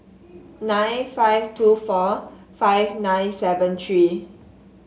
nine five two four five nine seven three